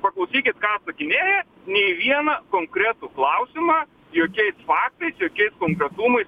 paklausykit ką atsakinėja nei į vieną konkretų klausimą jokiais faktais jokiais konkretumais